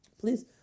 Please